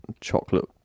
chocolate